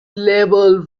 label